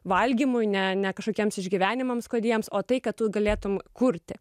valgymui ne ne kažkokiems išgyvenimams godiems o tai kad galėtum kurti